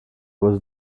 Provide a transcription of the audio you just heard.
was